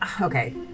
Okay